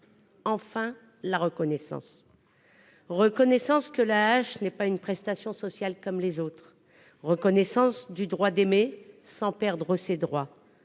Enfin la reconnaissance ! C'est la reconnaissance que l'AAH n'est pas une prestation sociale comme les autres : la reconnaissance du droit d'aimer sans perdre ses droits